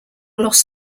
loss